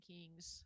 Kings